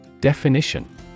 definition